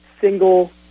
single